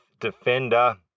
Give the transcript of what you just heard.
defender